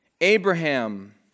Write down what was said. Abraham